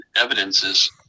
evidences